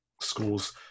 schools